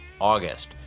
August